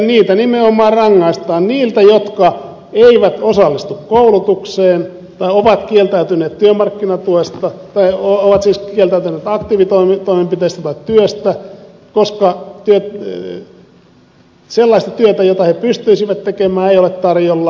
niitä nimenomaan rangaistaan niitä jotka eivät osallistu koulutukseen tai ovat kieltäytyneet aktiivitoimenpiteistä tai työstä koska sellaista työtä jota he pystyisivät tekemään ei ole tarjolla